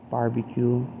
Barbecue